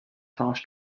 harsh